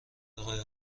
آقای